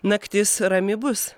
naktis rami bus